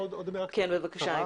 עוד משהו גברתי.